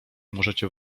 możecie